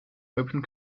open